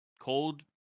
cold